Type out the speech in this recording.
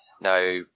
No